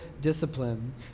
discipline